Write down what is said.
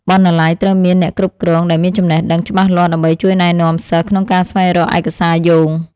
បណ្ណាល័យត្រូវមានអ្នកគ្រប់គ្រងដែលមានចំណេះដឹងច្បាស់លាស់ដើម្បីជួយណែនាំសិស្សក្នុងការស្វែងរកឯកសារយោង។